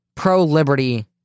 pro-liberty